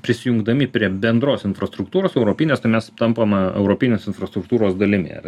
prisijungdami prie bendros infrastruktūros europinės tai mes tampam europinės infrastruktūros dalimi ar